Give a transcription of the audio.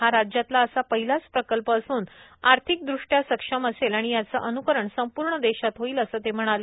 हा राज्यातला असा पहिलाच प्रकल्प असून आर्थिकदृष्टया सक्षम असेल आणि याचं अन्करण संपूर्ण देशात होईल असं ते म्हणाले